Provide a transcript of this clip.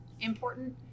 important